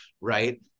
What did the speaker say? right